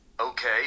Okay